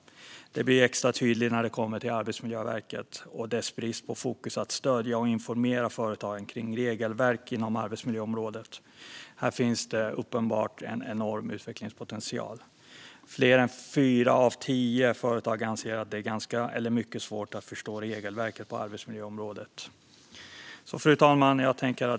Detta blir extra tydligt när det gäller Arbetsmiljöverket och dess brist på fokus på att stödja och informera företagen kring regelverk inom arbetsmiljöområdet. Här finns det uppenbart en enorm utvecklingspotential. Fler än fyra av tio företag anser att det är ganska eller mycket svårt att förstå regelverket på arbetsmiljöområdet. Fru talman!